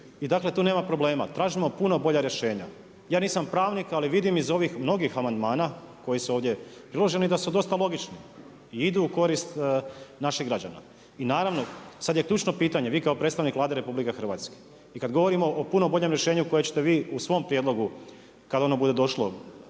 I dakle, tu nema problema. Tražimo puno bolja rješenja. Ja nisam pravnik, ali vidim iz ovih mnogih amandmana koji su ovdje priloženi da su dosta logični i idu u korist naših građana. I naravno sad je ključno pitanje, vi kao predstavnik Vlade RH i kad govorimo o puno boljem rješenju koje ćete vi u svom prijedlogu kad ono bude došlo